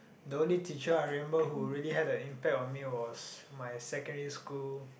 the only teacher I remember who really had a impact on me was my secondary school